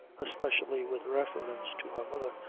especially with reference to her mother,